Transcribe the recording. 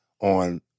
on